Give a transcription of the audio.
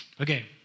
Okay